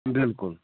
بِلکُل